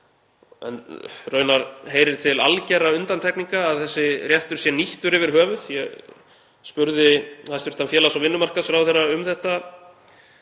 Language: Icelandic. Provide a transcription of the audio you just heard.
Raunar heyrir til algerra undantekninga að þessi réttur sé nýttur yfir höfuð. Ég spurði hæstv. félags- og vinnumarkaðsráðherra um þetta